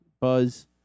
Buzz